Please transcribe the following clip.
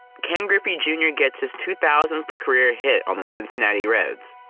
ken griffey jr gets his two thousandth career hit on the cincinnati reds.